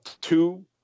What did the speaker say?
two